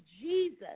Jesus